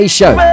show